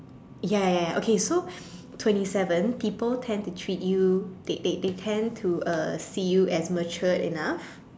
ya ya ya okay so twenty seven people tend to treat you they they they tend to uh see you as matured enough